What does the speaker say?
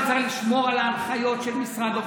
הוא אמר שצריך לשמור על ההנחיות של משרד הבריאות,